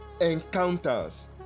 encounters